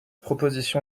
proposition